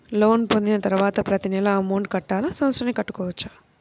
Loan పొందిన తరువాత ప్రతి నెల అమౌంట్ కట్టాలా? సంవత్సరానికి కట్టుకోవచ్చా?